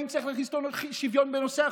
האם צריך להכניס שוויון לחוקה.